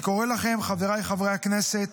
אני קורא לכם, חבריי חברי הכנסת,